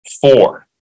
four